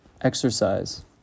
exercise